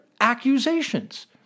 accusations